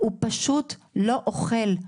הוא פשוט לא אוכל,